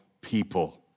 people